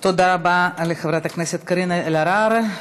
תודה רבה לחברת הכנסת קארין אלהרר.